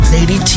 Lady